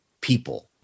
people